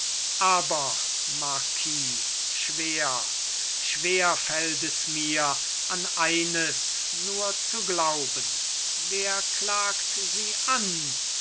aber marquis schwer schwer fällt es mir an eines nur zu glauben wer klagt sie an